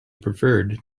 preferred